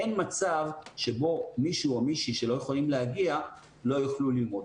אין מצב שבו מישהו או מישהי שלא יכולים להגיע לא יוכלו ללמוד.